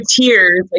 tears